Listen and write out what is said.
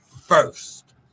first